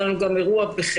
היה לנו גם אירוע בחדרה,